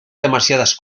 demasiadas